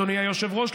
אדוני היושב-ראש,